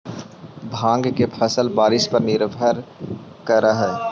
भाँग के फसल बारिश पर निर्भर करऽ हइ